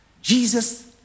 Jesus